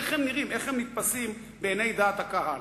איך הם נתפסים בעיני דעת הקהל.